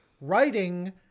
writing